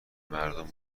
مردم